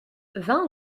vingt